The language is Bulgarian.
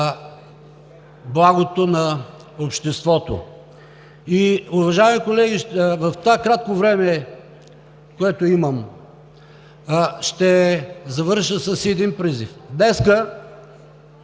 благото на обществото. Уважаеми колеги, в това кратко време, което имам, ще завърша с един призив – днес